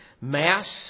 Mass